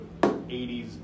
80s